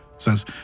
Says